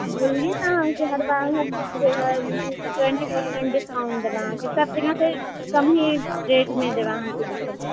बोलली तऽ अहाँकेॅं हर बार हर बुक पर हम ट्वेंटी पर्सेंट डिस्काउंट देबै अहाँकेॅं सब जगह से कम ही रेटमे देब अहाँकेॅं बुक सब